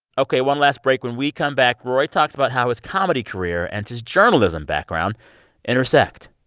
ok, one last break when we come back, roy talks about how his comedy career and his journalism background intersect.